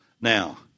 now